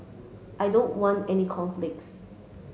I don't want any conflicts